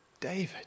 David